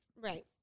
Right